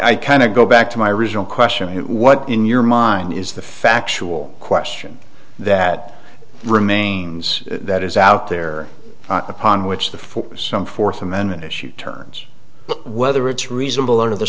i kind of go back to my original question what in your mind is the factual question that remains that is out there upon which the for some fourth amendment issue terms whether it's reasonable under the